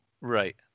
Right